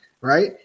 right